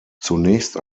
zunächst